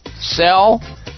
Sell